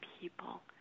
people